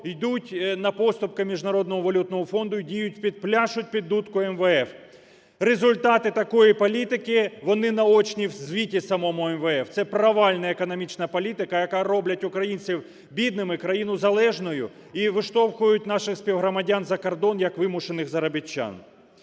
йдуть на поступки Міжнародного валютного фонду і діють… і пляшуть під дудку МВФ. Результати такої політики вони наочні в звіті самому МВФ. Це провальна економічна політика, яка робить українців бідними, країну залежною і виштовхують наших співгромадян за кордон як вимушених заробітчан.